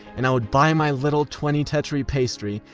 and i would buy my little twenty tetri pastry.